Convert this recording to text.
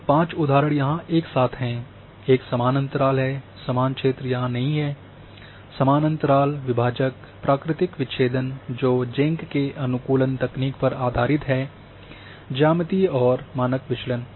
अब पाँच उदाहरण यहाँ एक साथ हैं एक समान अंतराल है समान क्षेत्र यहां नहीं है समान अंतराल विभाजक प्राकृतिक विच्छेदन जो जेंक के अनुकूलन तकनीक पर आधारित है ज्यामितीय और मानक विचलन